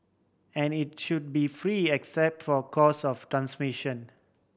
and it should be free except for cost of transmission